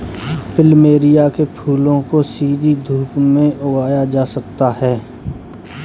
plumeria के फूलों को सीधी धूप में उगाया जा सकता है